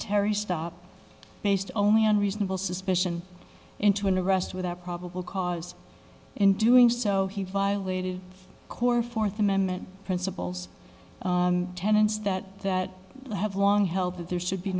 terry stop based only on reasonable suspicion into an arrest without probable cause in doing so he violated core fourth amendment principles tenants that that i have long held that there should be